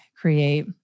create